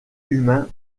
humain